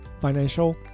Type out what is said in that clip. financial